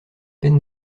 peine